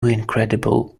incredible